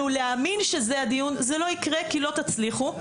להאמין שזה הדיון זה לא יקרה כי לא תצליחו,